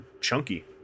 chunky